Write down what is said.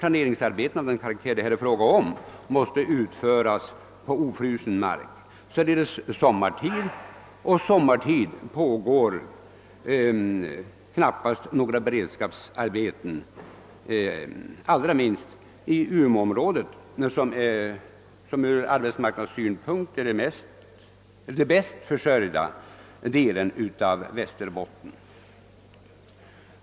planeringsarbeten av den karaktär det här gäller måste utföras på ofrusen mark, således sommartid. Under sommaren pågår knappast några beredskapsarbeten, allra minst i umeåområdet, som ur arbetsmarknadssynpunkt är den bäst försörjda delen av Västerbotten.